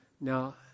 Now